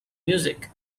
music